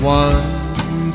one